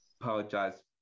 apologize